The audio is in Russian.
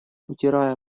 утирая